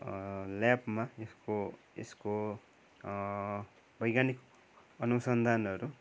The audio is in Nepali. ल्याबमा यसको यसको वैज्ञानिक अनुसन्धानहरू